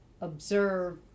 observe